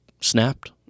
snapped